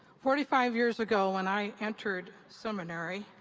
forty five years ago when i entered seminary,